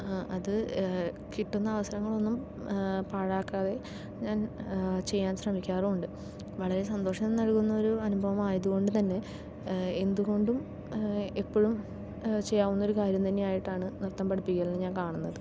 അത് കിട്ടുന്ന അവസരങ്ങളൊന്നും പാഴാക്കാതെ ഞാൻ ചെയ്യാൻ ശ്രമിക്കാറുമുണ്ട് വളരെ സന്തോഷം നൽകുന്ന ഒരു അനുഭവം ആയതുകൊണ്ടുതന്നെ എന്തുകൊണ്ടും എപ്പോഴും ചെയ്യാവുന്ന ഒരു കാര്യം തന്നെയായിട്ടാണ് നൃത്തം പഠിപ്പിക്കലിനെ ഞാൻ കാണുന്നത്